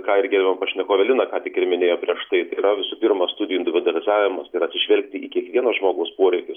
ką ir gerbiama pašnekovė linaką tik ir minėjo prieš tai yra visų pirma studijų individualizavimas tai yra atsižvelgti į kiekvieno žmogaus poreikius